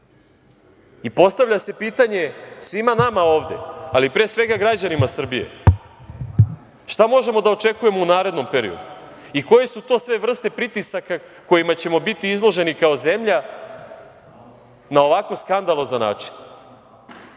dešava. Postavlja se pitanje svima nama ovde, ali pre svega građanima Srbije, šta možemo da očekujemo u narednom periodu i koje su to sve vrste pritisaka kojima ćemo biti izloženi kao zemlja na ovako skandalozan